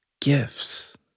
gifts